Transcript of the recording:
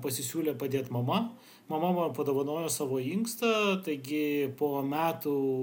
pasisiūlė padėt mama mama ma padovanojo savo inkstą taigi po metų